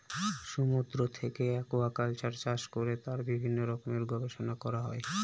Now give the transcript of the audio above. সমুদ্র থেকে একুয়াকালচার চাষ করে তার বিভিন্ন রকমের গবেষণা করা হয়